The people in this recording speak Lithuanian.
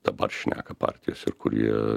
dabar šneka partijos ir kurie